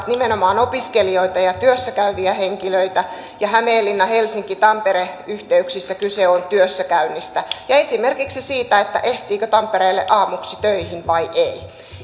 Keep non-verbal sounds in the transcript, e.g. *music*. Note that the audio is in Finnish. *unintelligible* nimenomaan opiskelijoita ja työssä käyviä henkilöitä ja helsinki hämeenlinna tampere yhteyksissä kyse on työssäkäynnistä ja esimerkiksi siitä ehtiikö tampereelle aamuksi töihin vai ei